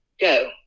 Go